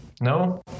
no